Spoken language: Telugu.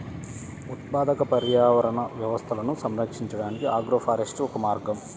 ఉత్పాదక పర్యావరణ వ్యవస్థలను సంరక్షించడానికి ఆగ్రోఫారెస్ట్రీ ఒక మార్గం